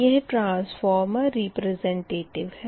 यह transformer representative है